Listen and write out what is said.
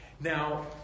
Now